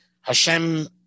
Hashem